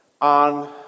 on